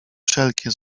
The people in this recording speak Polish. wszelkie